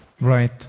Right